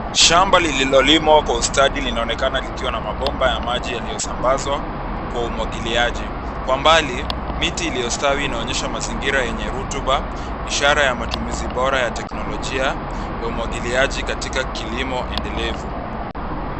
Shamba lililolimwa kwa ustadi linaonekana likiwa na mabomba ya maji yaliyosambazwa kwa umwagiliaji. Kwa umbali miti iliyostawi inaonyesha mazingira yenye rutuba ishara ya matumizi bora ya teknolojia ya umwagilaji katika kilimo endelevu.